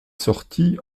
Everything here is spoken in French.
sorties